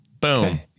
boom